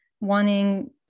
wanting